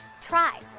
try